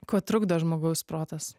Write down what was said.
kuo trukdo žmogaus protas